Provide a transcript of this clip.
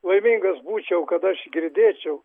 laimingas būčiau kada aš girdėčiau